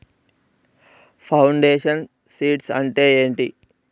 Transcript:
Foundation seeds అంటే ఏంటి?